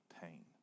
pain